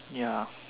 ya